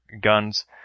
guns